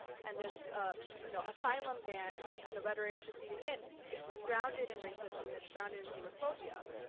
and this ah you know asylum ban and the rhetoric preceding it is grounded in racism and it's grounded in xenophobia.